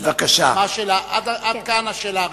עד כאן השאלה הראשונה.